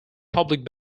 public